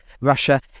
Russia